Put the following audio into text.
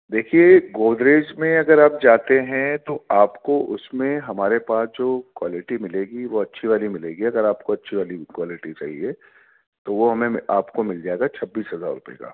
دیکھیے گودریج میں اگر آپ جاتے ہیں تو آپ کو اس میں ہمارے پاس جو کوالٹی ملے گی وہ اچھی والی ملے گی اگر آپ کو اچھی والی کوالٹی چاہیے تو ہمیں آپ کو مل جائے گا چھبیس ہزار روپے کا